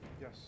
Yes